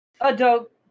adult